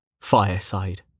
Fireside